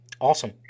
awesome